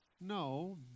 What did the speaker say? No